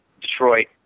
Detroit